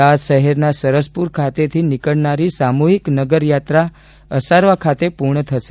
અમદાવાદ શહેરના સરસપુર ખાતેથી નીકળનારી સામૂહિક નગરયાત્રા અસારવા ખાતે પૂર્ણ થશે